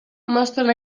mostren